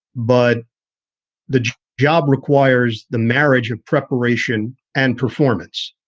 but the job requires the marriage of preparation and performance.